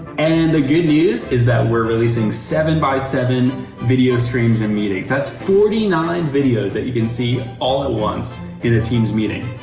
and the good news is that we're releasing seven x seven video streams in meetings. that's forty nine videos that you can see all at once in a teams meeting.